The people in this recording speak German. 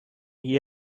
hier